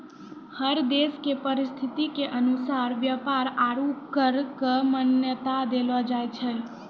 हर देश के परिस्थिति के अनुसार व्यापार आरू कर क मान्यता देलो जाय छै